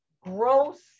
gross